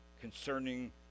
concerning